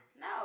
no